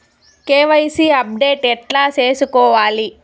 KYC update ఎట్లా సేసుకోవాలి?